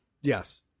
Yes